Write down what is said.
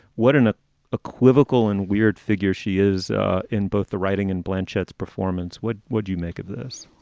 what an ah equivocal and weird figure she is in both the writing and blanchett's performance. what would you make of this?